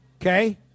Okay